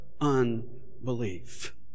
Unbelief